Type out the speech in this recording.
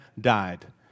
died